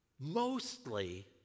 Mostly